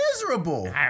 miserable